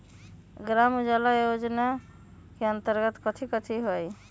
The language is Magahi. ग्राम उजाला योजना के अंतर्गत कथी कथी होई?